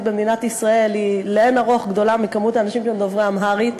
במדינת ישראל היא לאין ערוך גדולה מכמות האנשים שהם דוברי אמהרית.